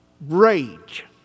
rage